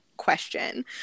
question